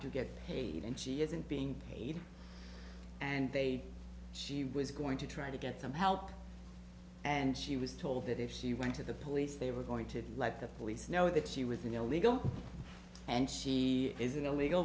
to get paid and she isn't being evil and they she was going to try to get some help and she was told that if she went to the police they were going to let the police know that she was an illegal and she is an illegal